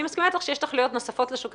אני מסכימה אתך שיש תכליות נוספות לשוק.